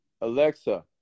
Alexa